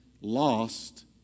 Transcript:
lost